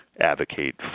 advocate